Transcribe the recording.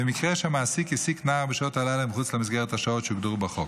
במקרה שהמעסיק העסיק נער בשעות הלילה מחוץ למסגרת השעות שהוגדרו בחוק,